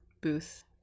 booth